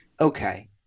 okay